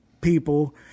people